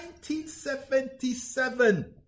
1977